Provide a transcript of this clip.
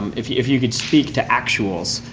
if you if you could speak to actuals.